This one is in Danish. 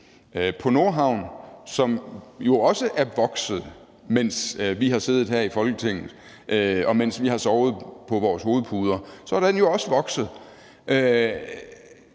Nordhavnen er jo også vokset. Mens vi har siddet her i Folketinget, og mens vi har sovet på vores hovedpuder, er den jo også vokset